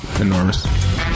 Enormous